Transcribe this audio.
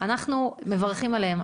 אנחנו מברכים על קופות החולים.